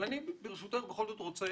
אני רוצה